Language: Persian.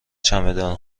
چمدان